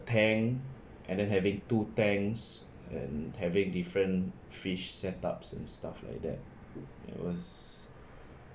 tank and then having two tanks and having different fish set ups and stuff like that it was